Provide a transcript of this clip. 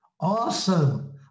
Awesome